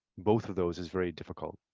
both of those is very difficult.